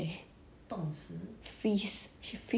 eh I think like 是我的错 lah because